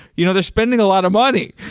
you know they're spending a lot of money.